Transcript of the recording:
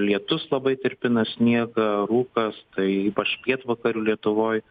lietus labai tirpina sniegą rūkas tai ypač pietvakarių lietuvoj